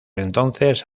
entonces